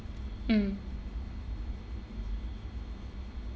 mm